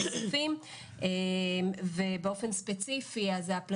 בדיון הספציפי הזה אני אגיד מה יש כרגע בצורה דיגיטלית.